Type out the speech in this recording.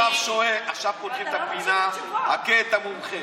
עכשיו פותחים את הפינה "הכה את המומחה".